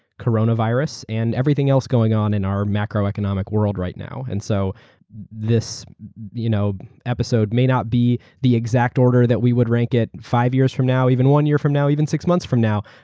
coronavirus, and everything else going on in our macroeconomic world right now. and so this you know episode may not be the exact order that we would rank it five years from now, even one year from now, even six months from now.